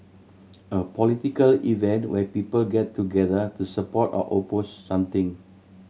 a political event where people get together to support or oppose something